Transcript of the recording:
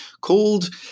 called